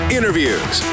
Interviews